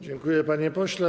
Dziękuję, panie pośle.